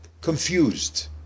confused